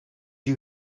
you